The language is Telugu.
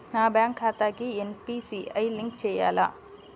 నా బ్యాంక్ ఖాతాకి ఎన్.పీ.సి.ఐ లింక్ చేయాలా?